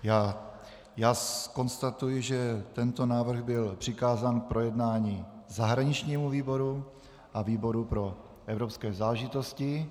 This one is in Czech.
Já konstatuji, že tento návrh byl přikázán k projednání zahraničnímu výboru a výboru pro evropské záležitosti.